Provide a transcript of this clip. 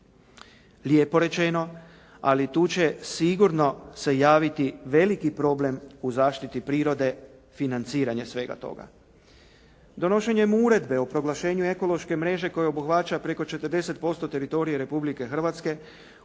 Lijepo rečeno, ali tu će sigurno se javiti veliki problem u zašiti prirode financiranje svega toga. Donošenjem Uredbe o proglašenju ekološke mreže koja obuhvaća preko 40% teritorije Republike Hrvatske